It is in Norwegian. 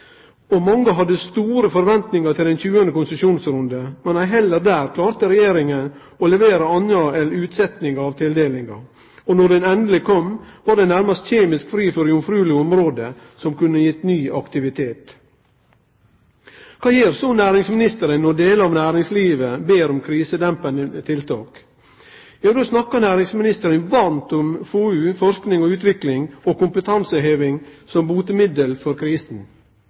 utfordra. Mange hadde store forventningar til den 20. konsesjonsrunde, men ei heller der klarte Regjeringa å levere anna enn utsetjing av tildelingar. Då han endeleg kom, var han nærmast kjemisk fri for jomfruelege område som kunne gitt ny aktivitet. Kva gjer så næringsministeren når deler av næringslivet ber om krisedempande tiltak? Jo, då snakkar næringsministeren varmt om FoU – forsking og utvikling – og kompetanseheving som botemiddel for